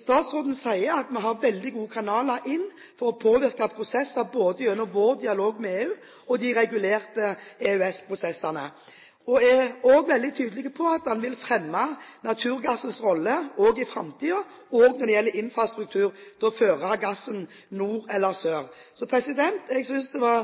Statsråden sier at vi har veldig gode kanaler inn for å påvirke prosesser, både gjennom vår dialog med EU og de regulære EØS-prosessene. Han er veldig tydelig på at han også vil fremme naturgassens rolle i framtiden, også når det gjelder infrastruktur for å føre gassen nordover eller sørover.